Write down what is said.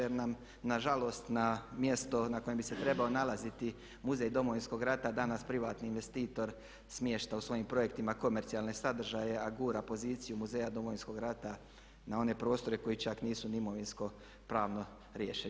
Jer nam nažalost na mjesto na kojem bi se trebao nalaziti muzej Domovinskog rata danas privatni investitor smješta u svojim projektima komercijalne sadržaje a gura poziciju muzeja Domovinskog rata na one prostore koji čak nisu ni imovinsko pravno riješeni.